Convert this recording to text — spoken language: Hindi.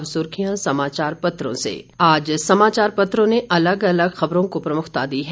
अब सुर्खियां समाचार पत्रों से आज समाचार पत्रों ने अलग अलग खबरों को प्रमुखता दी है